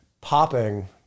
popping